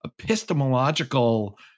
epistemological